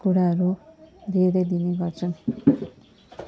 कुँडाहरू धेरै दिने गर्छन्